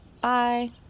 Bye